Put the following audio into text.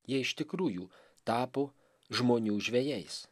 jie iš tikrųjų tapo žmonių žvejais